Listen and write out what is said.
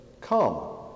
Come